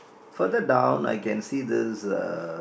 further down I can see there's uh